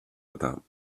without